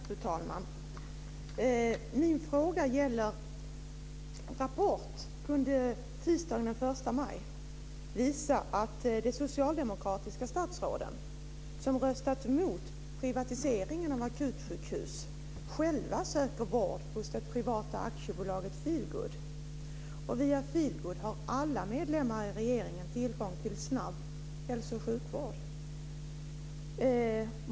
Fru talman! Min fråga gäller att Rapport tisdagen den 1 maj visade att de socialdemokratiska statsråden som röstat mot privatiseringen av akutsjukhus själva söker vård hos det privata aktiebolaget Feelgood. Via Feelgood har alla medlemmar av regeringen tillgång till snabb hälso och sjukvård.